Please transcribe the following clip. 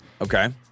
Okay